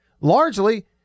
Largely